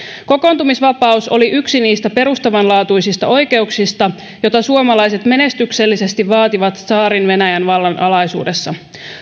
kokoontumisvapaus oli yksi niistä perustavanlaatuisista oikeuksista joita suomalaiset menestyksellisesti vaativat tsaarin venäjän vallan alaisuudessa